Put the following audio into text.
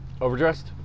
Overdressed